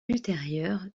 ultérieur